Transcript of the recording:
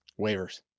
Waivers